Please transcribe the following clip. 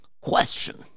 Question